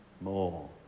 more